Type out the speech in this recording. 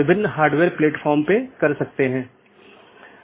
autonomous system संगठन द्वारा नियंत्रित एक इंटरनेटवर्क होता है